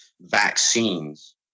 vaccines